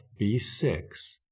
B6